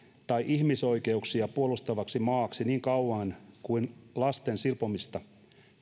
tai ihmisoikeuksia puolustavaksi maaksi niin kauan kuin lasten silpomista